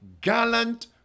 gallant